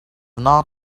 not